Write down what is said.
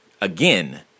again